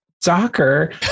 Docker